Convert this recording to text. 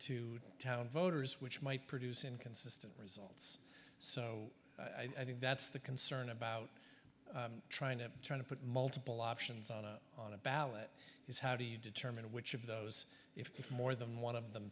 two town voters which might produce inconsistent results so i think that's the concern about trying to trying to put multiple options on a on a ballot is how do you determine which of those if more than one of them